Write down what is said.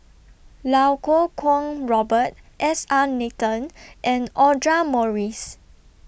Lau Kuo Kwong Robert S R Nathan and Audra Morrice